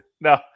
No